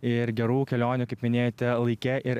ir gerų kelionių kaip minėjote laike ir